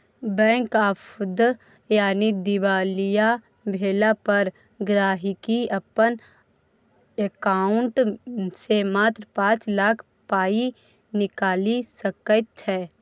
bank आफद यानी दिवालिया भेला पर गांहिकी अपन एकांउंट सँ मात्र पाँच लाख पाइ निकालि सकैत छै